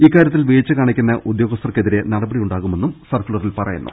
ഇക്കാര്യത്തിൽ വീഴ്ച കാണിക്കുന്ന ഉദ്യോഗസ്ഥർക്കെ തിരെ നടപടിയുണ്ടാകുമെന്നും സർക്കുലറിൽ പറയുന്നു